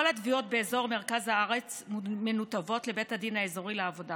כל התביעות באזור מרכז הארץ מנותבות לבית הדין האזורי לעבודה